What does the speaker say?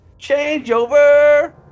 changeover